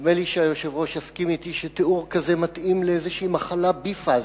נדמה לי שהיושב-ראש יסכים אתי שתיאור כזה מתאים לאיזו מחלה בי-פאזית.